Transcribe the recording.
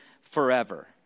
forever